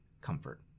comfort